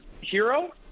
hero